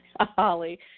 Holly